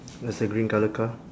there's a green colour car